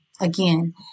again